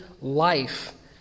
life